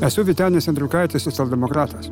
esu vytenis andriukaitis socialdemokratas